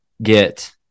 get